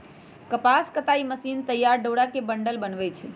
कपास कताई मशीन तइयार डोरा के बंडल बनबै छइ